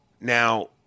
Now